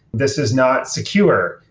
this is not secure.